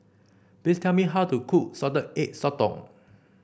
please tell me how to cook Salted Egg Sotong